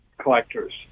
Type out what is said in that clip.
collectors